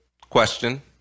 question